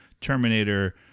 Terminator